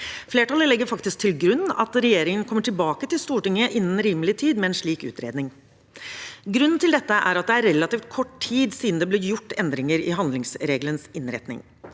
Flertallet legger faktisk til grunn at regjeringen kommer tilbake til Stortinget innen rimelig tid med en slik utredning. Grunnen til dette er at det er relativt kort tid siden det ble gjort endringer i handlingsregelens innretning.